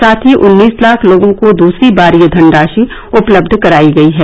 साथ ही उन्नीस लाख लोगों को दूसरी बार यह धनराशि उपलब्ध करायी गयी है